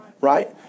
right